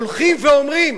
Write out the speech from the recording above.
הולכים ואומרים